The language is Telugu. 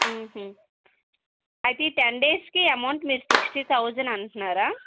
అయితే ఈ టెన్ డేస్కి అమౌంట్ మీరు సిక్స్టి థౌసండ్ అంటున్నారా